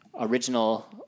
original